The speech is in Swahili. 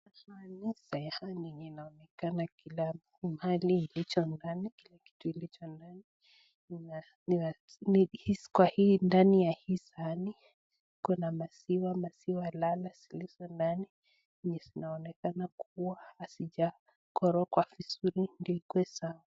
Mwanamke amesimama karibu na mti mrefu. Amevaa koti la rangi ya kijani na suruali nyeusi. Anaonekana kuwa na umri wa miaka thelathini hivi. Mtoto mdogo amesimama mbele yake. Mtoto amevaa nguo za rangi ya bluu na anaonekana kuwa na furaha. Mwanaume amesimama nyuma ya mwanamke. Amevaa shati jeupe na kaptula nyeusi. Watu wote watatu wanaonekana kutazama kitu fulani mbele yao. Kuna gari dogo la rangi nyekundu limeegeshwa karibu na mti. Juu ya gari kuna kikapu kidogo. Chini ya mti kuna maua mengi ya rangi tofauti.